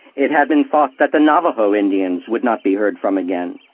it had been thought that the navajo indians would not be heard from again.